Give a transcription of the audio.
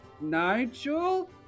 Nigel